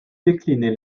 décliner